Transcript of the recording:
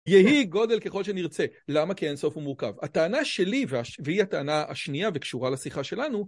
יהי גודל ככל שנרצה, למה? כי אין סוף הוא מורכב. הטענה שלי, והיא הטענה השנייה וקשורה לשיחה שלנו,